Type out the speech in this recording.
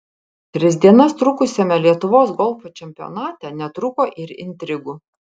tris dienas trukusiame lietuvos golfo čempionate netrūko ir intrigų